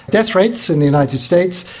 death rates in the united states,